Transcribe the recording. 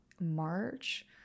March